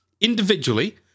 individually